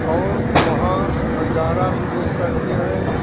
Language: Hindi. और वहाँ भण्डारा भी लोग करते हैं